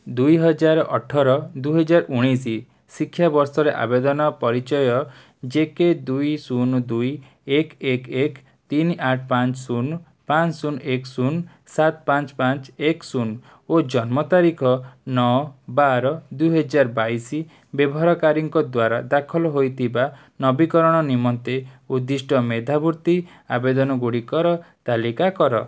ଦୁଇ ହଜାର ଅଠର୍ ଦୁଇ ହଜାର ଉଣେଇଶ ଶିକ୍ଷାବର୍ଷରେ ଆବେଦନ ପରିଚୟ ଜେ କେ ଦୁଇ ଶୂନ୍ ଦୁଇ ଏକ୍ ଏକ୍ ଏକ୍ ତିନି ଆଠ ପାଞ୍ଚ ଶୂନ୍ ପାଞ୍ଚ ଶୂନ୍ ଏକ୍ ଶୂନ୍ ସାତ୍ ପାଞ୍ଚ ପାଞ୍ଚ ଏକ୍ ଶୂନ୍ ଓ ଜନ୍ମ ତାରିଖ ନଅ ବାର୍ ଦୁଇହଜାର ବାଇଶ ବ୍ୟବହାରକାରୀଙ୍କ ଦ୍ଵାରା ଦାଖଲ ହୋଇଥିବା ନବୀକରଣ ନିମନ୍ତେ ଉଦ୍ଦିଷ୍ଟ ମେଧାବୃତ୍ତି ଆବେଦନଗୁଡ଼ିକର ତାଲିକା କର